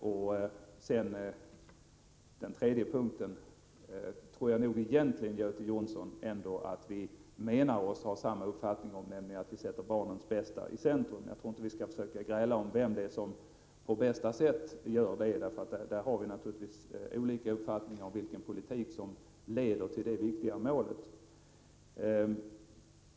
När det gäller den tredje punkten, Göte Jonsson, tror jag ändå att vi egentligen menar oss ha samma uppfattning, nämligen att vi sätter barnens bästa i centrum. Jag tror inte att vi skall gräla om vem som gör detta på bästa sätt. Vi har naturligtvis olika uppfattning om vilken politik som leder till detta viktiga mål.